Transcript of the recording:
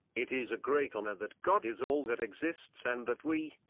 it is a great honor that god is all that exists and that we,